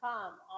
Come